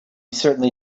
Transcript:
certainly